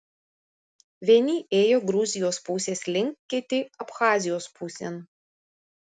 vieni ėjo gruzijos pusės link kiti abchazijos pusėn